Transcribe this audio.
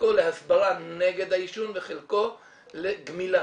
חלקו להסברה נגד העישון וחלקו לגמילה.